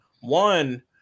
One